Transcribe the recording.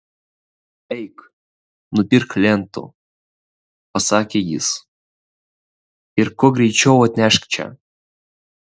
eik nupirk lentų pasakė jis ir kuo greičiau atnešk čia